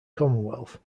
commonwealth